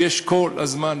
ויש כל הזמן,